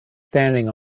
standing